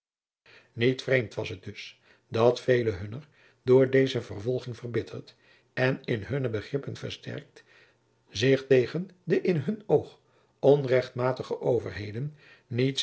niet vreemd was het dus dat velen hunner door deze vervolging verbitterd en in hunne begrippen versterkt zich tegen de in hun oog onrechtmatige overheden niet